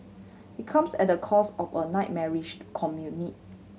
it comes at the cost of a nightmarish commute